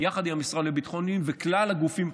יחד עם המשרד לביטחון הפנים וכלל הגופים,